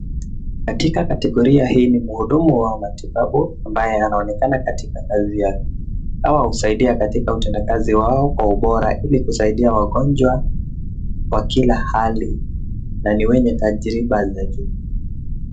Katika kategoria hii ni muhudumu wa matibabu ambaye anaonekana katika kazi yake. Hawa husaidia katika utandakazi wao kwa ubora ili kusaidia wagonjwa wa kila hali. Na ni wenye tajriba za juu.